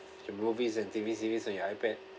the movies and T_V series on your iPad